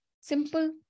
Simple